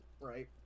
Right